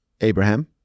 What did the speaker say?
Abraham